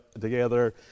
together